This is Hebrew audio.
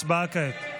הצבעה כעת.